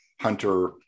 Hunter